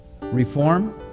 reform